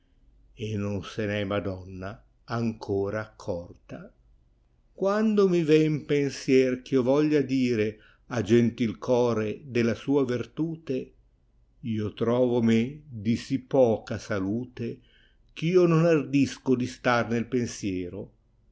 mercede non se n è madonna ancora accorta quando mi ven pensier eh io voglia dire a gentil core della sua vertute io trovo me di sì poca salute cb io non ardisco di star nel pensiero